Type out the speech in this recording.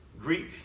Greek